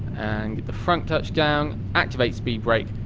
and the front touch down, activate speed brake,